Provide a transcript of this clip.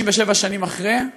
67 שנים אחרי,